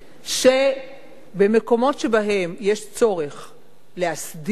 שבמקומות שבהם יש צורך להסדיר,